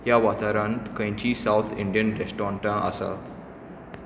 ह्या वाठारांत खंयचीं साउथ इंडियन रेस्टॉरंटां आसात